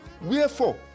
Wherefore